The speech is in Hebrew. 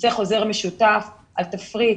ייצא חוזר משותף על תפריט,